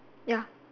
ya